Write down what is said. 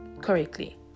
correctly